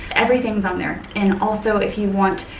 everything's on there and also if you want,